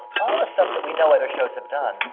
all the stuff that we know other shows have done.